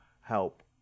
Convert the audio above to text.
help